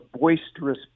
boisterous